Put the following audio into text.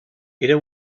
era